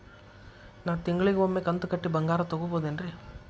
ನಾ ತಿಂಗಳಿಗ ಒಮ್ಮೆ ಕಂತ ಕಟ್ಟಿ ಬಂಗಾರ ತಗೋಬಹುದೇನ್ರಿ?